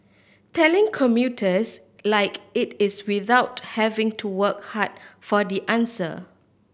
telling commuters like it is without having to work hard for the answer